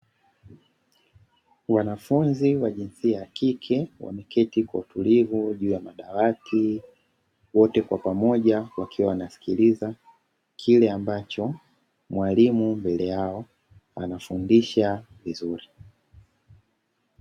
Wanafunzi wa jinsia ya kike wameketi kwa utulivu juu ya madawati, wote kwa pamoja wakiwa wanasikiliza kile ambacho mwalimu mbele yao, anafundisha vizuri.